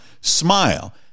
smile